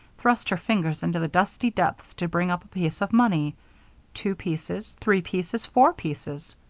thrust her fingers into the dusty depths to bring up a piece of money two pieces three pieces four pieces.